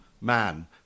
man